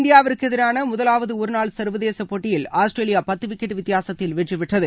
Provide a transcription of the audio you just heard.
இந்தியாவிற்கு எதிரான முதலாவது ஒருநாள் சள்வதேச போட்டியில் ஆஸ்திரேலியா பத்து விக்கெட் வித்தியாசத்தில் வெற்றிபெற்றது